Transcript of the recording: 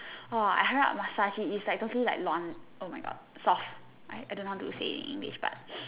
!wah! I hurry up massage it it's like totally like 软 oh my God soft I don't know how to say it in English but